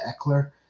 Eckler